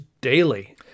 daily